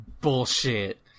Bullshit